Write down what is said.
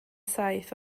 saith